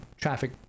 traffic